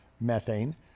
methane